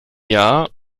jahr